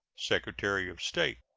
secretary of state.